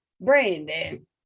Brandon